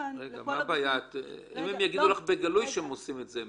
אם הם יגידו לך בגלוי שהם עושים את זה,